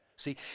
See